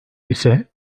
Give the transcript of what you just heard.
ise